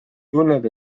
tunned